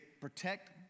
protect